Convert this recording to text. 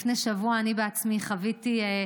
לפני שבוע אני בעצמי חוויתי,